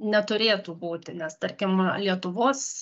neturėtų būti nes tarkim lietuvos